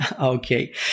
Okay